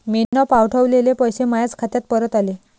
मीन पावठवलेले पैसे मायाच खात्यात परत आले